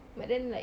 but then like